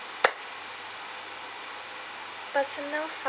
personal